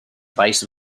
vice